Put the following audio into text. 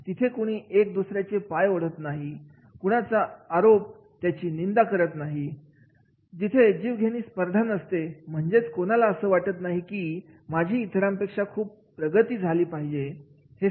तिथे कुणी एक दुसऱ्याचे पाय ओढत नाही कुणाचा अपरोक्ष त्याची निंदा करत नाही जिथे जीवघेणी स्पर्धा नसते म्हणजेच कोणाला असं वाटत नाही की माझी इतरांच्या पेक्षा खूप प्रगती झाली पाहिजे